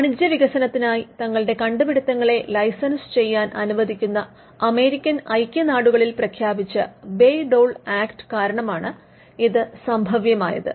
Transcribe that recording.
വാണിജ്യ വികസനത്തിനായി തങ്ങളുടെ കണ്ടുപിടിത്തങ്ങളെ ലൈസൻസ് ചെയ്യാൻ അനുവദിക്കുന്ന അമേരിക്കൻ ഐക്യനാടുകളിൽ പ്രഖ്യാപിച്ച ബേയ് ഡോൾ ആക്റ്റ് കാരണമാണ് ഇത് സംഭവ്യമായത്